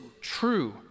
true